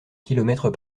kilomètres